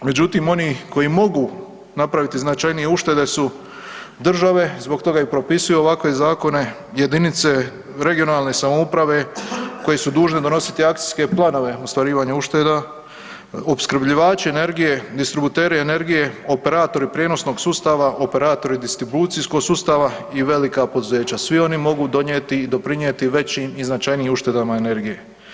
Međutim, oni koji mogu napraviti značajnije uštede su države, zbog toga i propisuje ovakve zakone jedinice regionalne samouprave koje su dužne donositi akcijske planove ostvarivanje ušteda, opskrbljivači energije, distributeri energije, operatori prijenosnog sustava, operatori distribucijskog sustava i velika poduzeća, svi oni mogu donijeti i doprinijeti i većim i značajnijim uštedama energije.